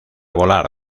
volar